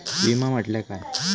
विमा म्हटल्या काय?